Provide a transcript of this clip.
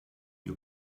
you